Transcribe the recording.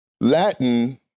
Latin